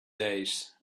days